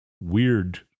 Weird